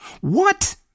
What